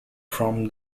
from